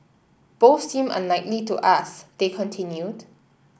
both seem unlikely to us they continued